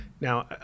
Now